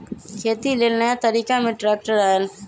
खेती लेल नया तरिका में ट्रैक्टर आयल